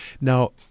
Now